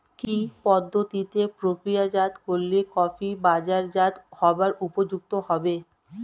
কি পদ্ধতিতে প্রক্রিয়াজাত করলে কফি বাজারজাত হবার উপযুক্ত হবে?